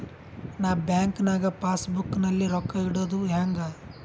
ನಾ ಬ್ಯಾಂಕ್ ನಾಗ passbook ನಲ್ಲಿ ರೊಕ್ಕ ಇಡುದು ಹ್ಯಾಂಗ್?